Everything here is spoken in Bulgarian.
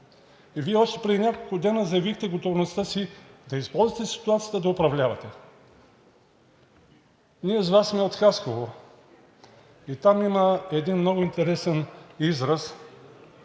И Вие още преди няколко дни заявихте готовността си да използвате ситуацията да управлявате. Ние с Вас сме от Хасково. Там има един много интересен израз